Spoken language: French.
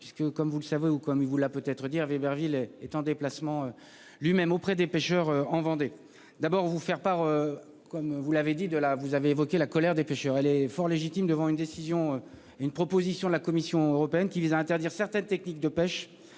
puisque comme vous le savez ou quoi mais il vous l'a peut-être dit Hervé Berville, elle est en déplacement. Lui même auprès des pêcheurs en Vendée. D'abord vous faire part, comme vous l'avez dit de la vous avez évoqué la colère des pêcheurs, elle est fort légitime devant une décision une proposition de la Commission européenne qui vise à interdire certaines techniques de pêche